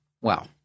Wow